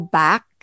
back